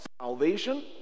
salvation